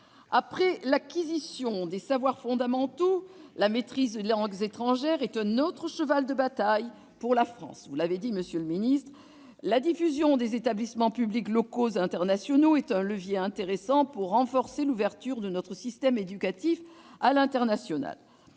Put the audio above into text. Après l'acquisition des savoirs fondamentaux, la maîtrise des langues étrangères est un autre cheval de bataille pour la France ; vous l'avez souligné, monsieur le ministre. La diffusion des établissements publics locaux internationaux est un levier intéressant pour renforcer l'ouverture de notre système éducatif à l'international.